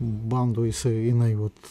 bando jisai eina į vat